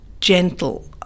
gentle